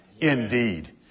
Indeed